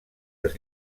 les